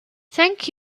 thank